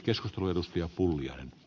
arvoisa puhemies